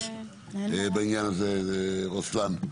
בעניין הזה את רוסלאן,